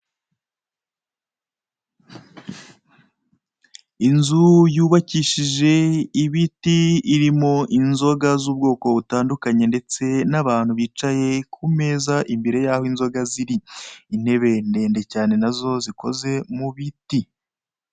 Inzu yubakishije ibiti, irimo inzoga z'ubwoko butandukanye ndetse n'abantu bicaye ku meza, imbere y'aho inzoha ziri. Intebe ndende cyane, na zo zikoze mu biti.